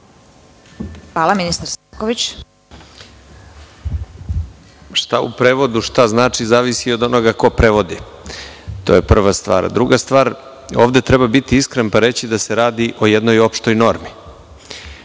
**Nikola Selaković** Šta u prevodu šta znači, zavisi i od onoga ko prevodi. To je prva stvar. Druga stvar, ovde treba biti iskren pa reći da se radi o jednoj opštoj normi.